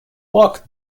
walk